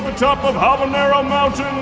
top of habanero mountain,